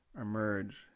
emerge